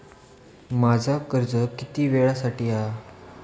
माझा कर्ज किती वेळासाठी हा?